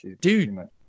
dude